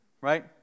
right